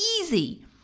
easy